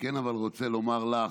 כן רוצה לומר לך,